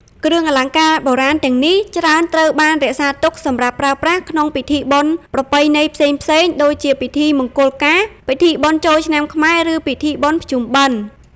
គ្រឿងអលង្ការបុរាណទាំងនេះច្រើនត្រូវបានរក្សាទុកសម្រាប់ប្រើប្រាស់ក្នុង ពិធីបុណ្យប្រពៃណី ផ្សេងៗ ដូចជាពិធីមង្គលការ ពិធីបុណ្យចូលឆ្នាំខ្មែរ ឬពិធីបុណ្យភ្ជុំបិណ្ឌ។